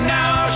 now